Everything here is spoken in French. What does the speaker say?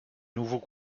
nouveau